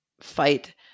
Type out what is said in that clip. fight